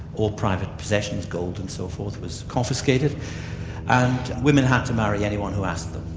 all private possessions, gold and so forth, was confiscated and women had to marry anyone who asked them.